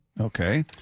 Okay